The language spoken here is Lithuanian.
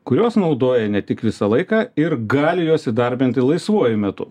kuriuos naudoja ne tik visą laiką ir gali juos įdarbinti laisvuoju metu